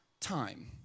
time